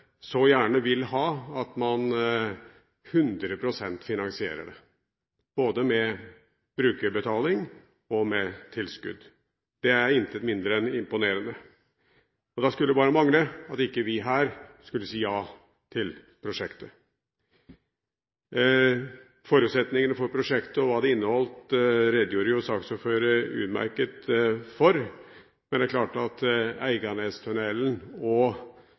så gjerne vil ha at man finansierer det 100 pst., både med brukerbetaling og med tilskudd. Det er intet mindre enn imponerende. Da skulle det bare mange at ikke vi her skulle si ja til prosjektet. Forutsetningene for prosjektet og hva det inneholdt, redegjorde jo saksordføreren utmerket for, men det er klart at Eiganestunnelen og